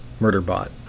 Murderbot